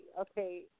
Okay